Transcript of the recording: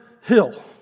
hill